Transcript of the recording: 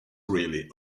really